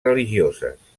religioses